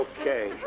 Okay